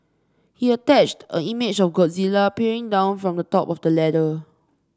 he attached an image of Godzilla peering down from the top of the ladder